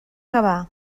gavà